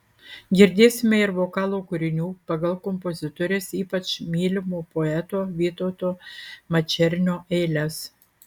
girdėsime ir vokalo kūrinių pagal kompozitorės ypač mylimo poeto vytauto mačernio eiles